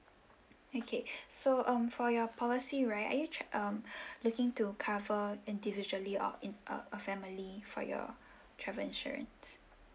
okay so um for your policy right are you tra~ um looking to cover individually or in uh a family for your travel insurance